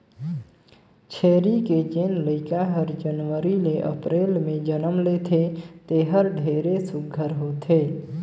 छेरी के जेन लइका हर जनवरी ले अपरेल में जनम लेथे तेहर ढेरे सुग्घर होथे